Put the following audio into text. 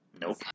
Nope